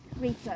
research